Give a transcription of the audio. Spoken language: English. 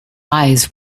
eyes